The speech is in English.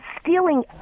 stealing